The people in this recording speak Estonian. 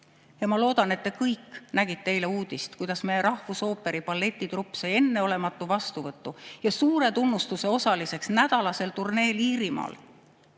Ma loodan, et te kõik nägite eile uudist, kuidas meie rahvusooperi balletitrupp sai enneolematu vastuvõtu ja suure tunnustuse osaliseks nädalasel turneel Iirimaal.